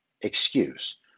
excuse